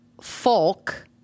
folk